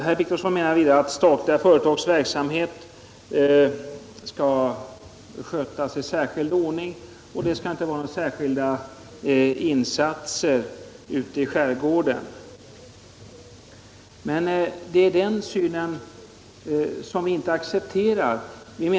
Herr Wictorsson menar vidare att statliga företags verksamhet skall skötas i annan ordning och att den statliga företagsamheten inte skall göra några särskilda insatser i skärgården. Den synen kan vi inte acceptera.